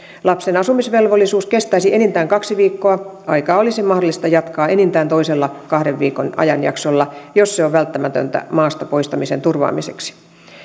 lapsen asumisvelvollisuus kestäisi enintään kaksi viikkoa aikaa olisi mahdollista jatkaa enintään toisella kahden viikon ajanjaksolla jos se on välttämätöntä maasta poistamisen turvaamiseksi